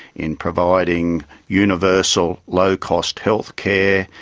in providing universal low-cost healthcare,